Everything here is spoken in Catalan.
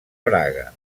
braga